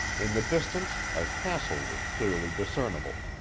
in the distance, a castle was clearly discernible.